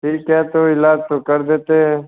ठीक है तो इलाज तो कर देते हैं